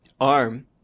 arm